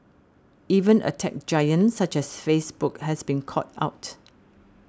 even a tech giant such as Facebook has been caught out